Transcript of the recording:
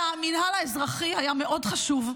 למינהל האזרחי היה מאוד חשוב,